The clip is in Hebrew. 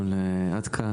אטקה